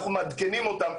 אנחנו מעדכנים אותם,